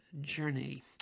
journey